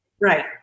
Right